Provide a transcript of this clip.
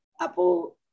Apo